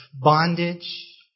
bondage